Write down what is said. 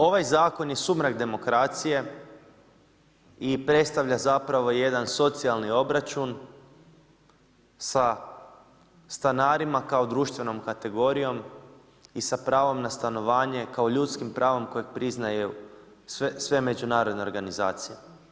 Ovaj zakon je sumrak demokracije i predstavlja zapravo jedan socijalni obračun sa stanarima kao društvenom kategorijom i sa pravom na stanovanje kao ljudskim pravom kojeg priznaju sve međunarodne organizacije.